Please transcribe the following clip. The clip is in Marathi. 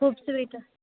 खूप स्वीट